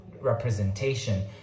representation